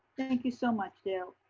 thank you so much, dale.